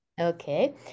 Okay